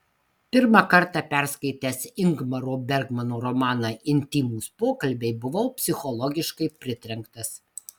pirmą kartą perskaitęs ingmaro bergmano romaną intymūs pokalbiai buvau psichologiškai pritrenktas